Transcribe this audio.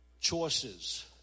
Choices